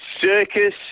circus